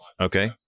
Okay